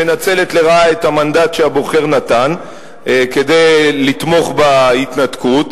שמנצלת לרעה את המנדט שהבוחר נתן כדי לתמוך בהתנתקות.